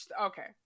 okay